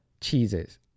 cheeses